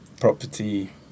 property